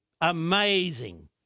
amazing